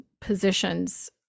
positions